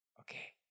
Okay